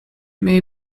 may